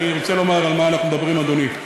אני רוצה לומר על מה אנחנו מדברים, אדוני.